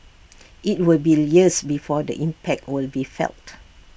IT will be years before the impact will be felt